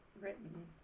written